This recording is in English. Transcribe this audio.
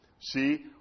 See